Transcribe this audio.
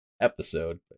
episode